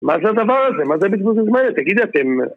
מה זה הדבר הזה? מה זה בזבוז הזמן הזה? תגיד אתם.